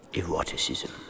eroticism